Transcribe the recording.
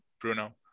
Bruno